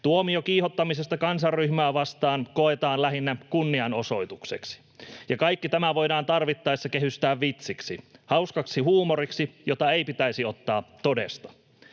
Tuomio kiihottamisesta kansanryhmää vastaan koetaan lähinnä kunnianosoitukseksi. Ja kaikki tämä voidaan tarvittaessa kehystää vitsiksi, hauskaksi huumoriksi, jota ei pitäisi ottaa todesta.